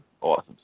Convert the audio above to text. awesome